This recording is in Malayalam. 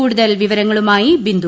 കൂടുതൽ വിവരങ്ങളുമായി ബിന്ദു